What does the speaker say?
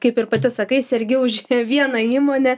kaip ir pati sakai sergi už vieną įmonę